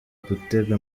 gutega